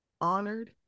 honored